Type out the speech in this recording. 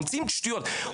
ממציאים שטויות,